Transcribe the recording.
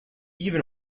even